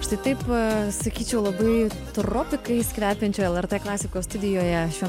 štai taip sakyčiau labai tropikais kvepiančioje lrt klasikos studijoje šiuo